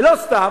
לא סתם